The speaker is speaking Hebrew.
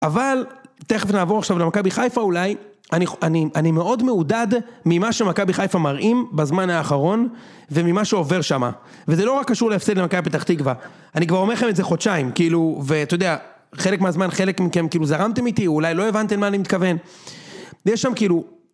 אבל, תכף נעבור עכשיו למכבי חיפה אולי, אני מאוד מעודד ממה שמכבי חיפה מראים בזמן האחרון, וממה שעובר שמה. וזה לא רק קשור להפסד למכבי בפתח תקווה, אני כבר אומר לכם את זה חודשיים, כאילו, ואתה יודע, חלק מהזמן חלק מכם כאילו זרמתם איתי או אולי לא הבנתם מה אני מתכוון, ויש שם כאילו